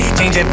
Change